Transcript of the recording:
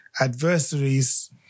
adversaries